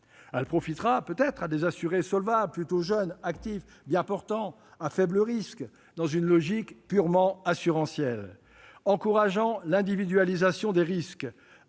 loi profitera peut-être à des assurés solvables, plutôt jeunes, actifs, bien portants, à faible risque, dans une logique purement assurantielle. Mais, en encourageant l'individualisation des risques